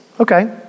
okay